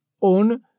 on